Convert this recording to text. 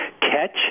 Catch